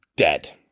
Dead